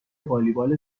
والیبال